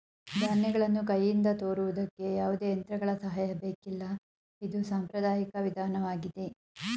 ಧಾನ್ಯಗಳನ್ನು ಕೈಯಿಂದ ತೋರುವುದಕ್ಕೆ ಯಾವುದೇ ಯಂತ್ರಗಳ ಸಹಾಯ ಬೇಕಿಲ್ಲ ಇದು ಸಾಂಪ್ರದಾಯಿಕ ವಿಧಾನವಾಗಿದೆ